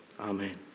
Amen